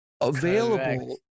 available